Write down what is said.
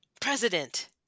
President